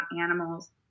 animals